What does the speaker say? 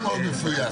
מפויס.